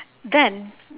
then